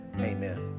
Amen